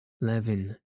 Levin